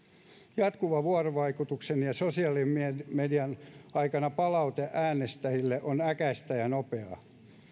jatkuvan vuorovaikutuksen ja sosiaalisen median aikana palaute äänestäjiltä on äkäistä ja nopeaa